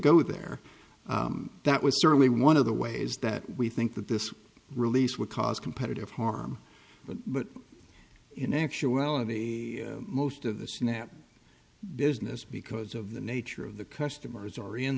go there that was certainly one of the ways that we think that this release would cause competitive harm but but in actuality most of the snap business because of the nature of the customers are in